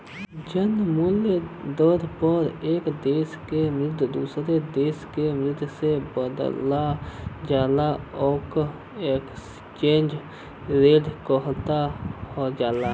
जौन मूल्य दर पर एक देश क मुद्रा दूसरे देश क मुद्रा से बदलल जाला ओके एक्सचेंज रेट कहल जाला